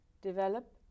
develop